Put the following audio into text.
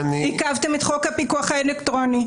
עיכבתם את חוק הפיקוח האלקטרוני,